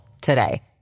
today